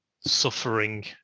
suffering